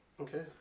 okay